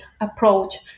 approach